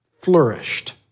flourished